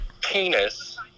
penis